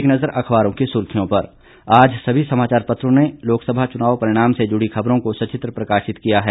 एक नज़र अखबारों की सुर्खियों पर आज सभी समाचार पत्रों ने लोकसभा चुनाव परिणाम से जुड़ी खबर को सचित्र प्रकाशित किया है